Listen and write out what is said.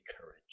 courage